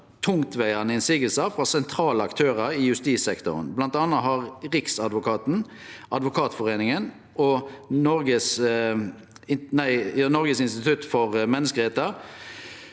tungtvegande innseiingar frå sentrale aktørar i justissektoren. Blant anna har Riksadvokaten, Advokatforeningen og Noregs institusjon for menneskerettar